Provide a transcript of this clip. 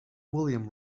william